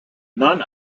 none